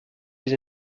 les